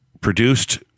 produced